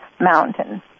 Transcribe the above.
mountain